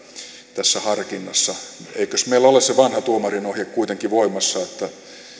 tässä harkinnassa eikös meillä ole se vanha tuomarin ohje kuitenkin voimassa että